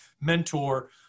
mentor